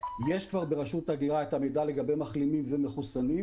יש כבר ברשות ההגירה את המידע לגבי מחלימים ומחוסנים.